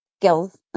skills